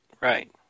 Right